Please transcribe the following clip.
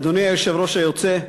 אדוני היושב-ראש היוצא,